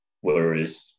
Whereas